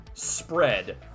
Spread